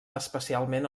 especialment